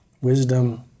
wisdom